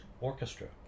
orchestra